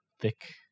thick